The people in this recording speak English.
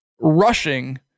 rushing